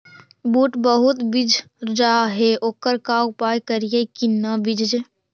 बुट बहुत बिजझ जा हे ओकर का उपाय करियै कि न बिजझे?